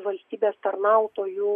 valstybės tarnautojų